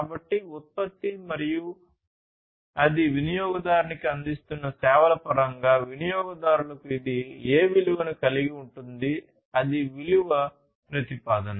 కాబట్టి ఉత్పత్తి మరియు అది వినియోగదారునికి అందిస్తున్న సేవల పరంగా వినియోగదారులకు ఇది ఏ విలువను కలిగి ఉంటుంది అది విలువ ప్రతిపాదన